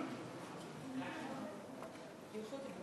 נמנעים.